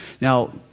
Now